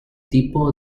tipo